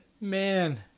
Man